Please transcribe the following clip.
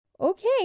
Okay